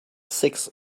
six